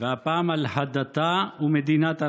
והפעם, על הדתה ומדינת הלכה.